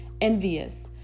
envious